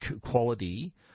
quality